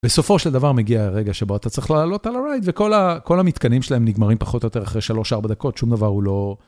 בסופו של דבר מגיע הרגע שבו אתה צריך לעלות על ה-ride, וכל המתקנים שלהם נגמרים פחות או יותר אחרי 3-4 דקות, שום דבר הוא לא...